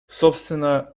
собственно